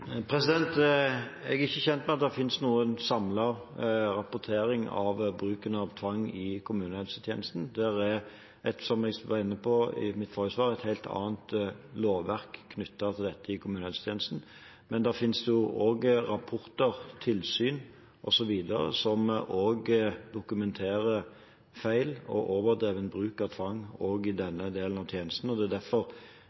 Jeg er ikke kjent med at det finnes noen samlet rapportering av bruken av tvang i kommunehelsetjenesten. Det er, som jeg var inne på i mitt forrige svar, et helt annet lovverk knyttet til dette i kommunehelsetjenesten. Men det finnes rapporter, tilsyn osv. som dokumenterer feil og overdreven bruk av tvang også i